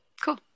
cool